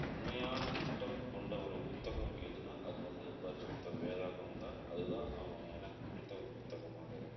உண்மையான திட்டம் கொண்ட ஒரு புத்தகம் எதுன்னா அது வந்து பரிசுத்த வேதாகம் தான் அது தான் எனக்கு பிடித்த ஒரு புத்தகமாக இருக்குது